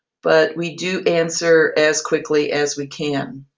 but we do answer as quickly as we can.